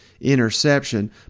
interception